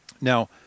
Now